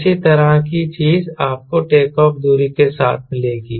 इसी तरह की चीज़ आपको टेकऑफ़ दूरी के साथ मिलेगी